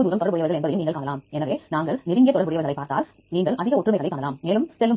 ஒரு முதன்மை அணுகல் எண் நீங்கள் விரைவான தொழிலுக்குச் சென்றால் அதே வழியில் நீங்கள் அதை இங்கே செய்யலாம் மற்றும் அதே உள்ளீடுகளை உங்களால் பெற முடியும்